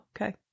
okay